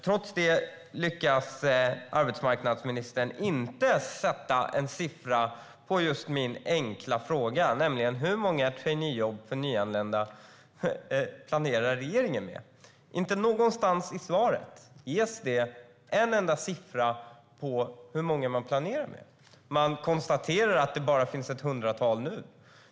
Trots det lyckas arbetsmarknadsministern inte ange en siffra som svar på min enkla fråga: Hur många traineejobb för nyanlända planerar regeringen? Inte någonstans i svaret ges det en enda siffra på hur många man planerar. Man konstaterar att det bara finns ett hundratal nu.